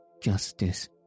justice